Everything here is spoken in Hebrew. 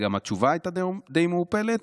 גם התשובה הייתה די מעורפלת.